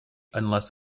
unless